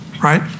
right